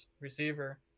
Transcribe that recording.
receiver